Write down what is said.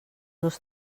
dos